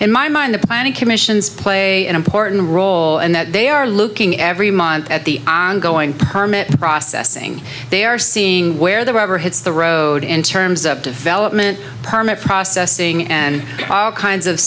in my mind the planning commissions play an important role and that they are looking every month at the ongoing permit processing they are seeing where the rubber hits the road in terms of development permit processing and kinds of